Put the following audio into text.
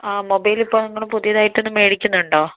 ആ മൊബൈലിപ്പോൾ നിങ്ങൾ പുതിയത് ആയിട്ട് ഒന്ന് മേടിക്കുന്നുണ്ടോ